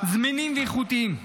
זמינים ואיכותיים.